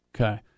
Okay